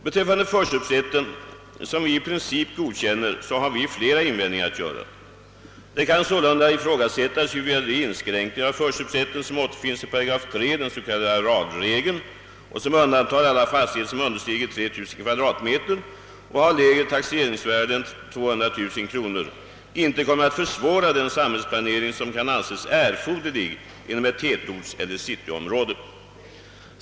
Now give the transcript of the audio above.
Beträffande förköpsrätten, som vi i princip godkänner, har vi flera invändningar att göra. Det kan sålunda ifrågasättas, huruvida de inskränkningar av förköpsrätten som återfinns i § 3, den s.k. arealregeln, och som undantar alla fastigheter understigande 3 000 kvadratmeter och med lägre taxeringsvärde än 200 000 kronor, inte kommer att försvåra den samhällsplanering som kan anses erforderlig inom ett tätortseller cityområde.